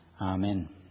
Amen